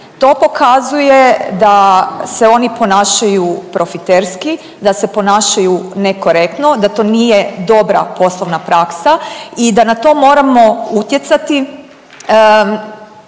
To pokazuje da se oni ponašaju profiterski, da se ponašaju nekorektno, da to nije dobra poslovna praksa i da na to moramo utjecati